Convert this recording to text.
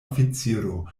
oficiro